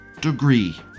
degree